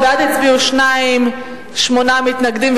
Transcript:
בעד הצביעו שניים, שמונה מתנגדים.